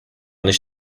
nicht